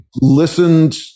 listened